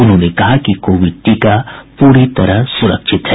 उन्होंने कहा कि कोविड टीका पूरी तरह सुरक्षित है